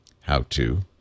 How-to